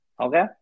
Okay